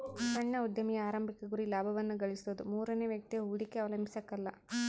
ಸಣ್ಣ ಉದ್ಯಮಿಯ ಆರಂಭಿಕ ಗುರಿ ಲಾಭವನ್ನ ಗಳಿಸೋದು ಮೂರನೇ ವ್ಯಕ್ತಿಯ ಹೂಡಿಕೆ ಅವಲಂಬಿಸಕಲ್ಲ